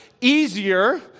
easier